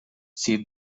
seem